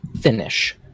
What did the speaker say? finish